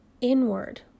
inward